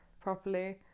properly